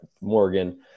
Morgan